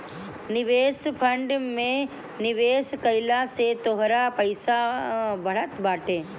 निवेश फंड में निवेश कइला से तोहार पईसा बढ़त बाटे